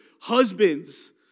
husbands